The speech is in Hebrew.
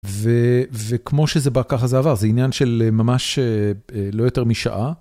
וכמו שזה בא ככה זה עבר, זה עניין של ממש לא יותר משעה.